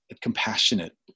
compassionate